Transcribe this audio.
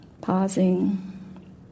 pausing